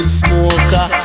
smoker